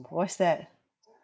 what's that